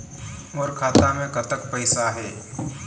मोर खाता मे कतक पैसा हे?